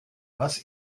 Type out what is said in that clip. was